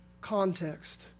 context